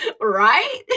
Right